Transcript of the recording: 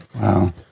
wow